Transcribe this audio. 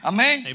Amen